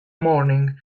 morning